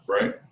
right